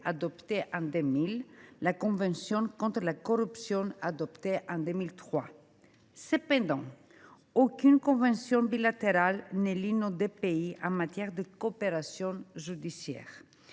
adoptée en 2000 ; la convention contre la corruption, adoptée en 2003. Cependant, aucune convention bilatérale ne lie nos deux pays en matière de coopération judiciaire.